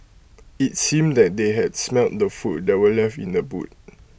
IT seemed that they had smelt the food that were left in the boot